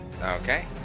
Okay